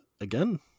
again